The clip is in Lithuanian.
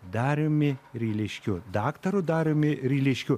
dariumi ryliškiu daktaru dariumi ryliškiu